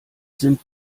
sind